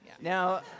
Now